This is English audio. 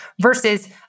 versus